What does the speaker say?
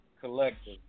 collector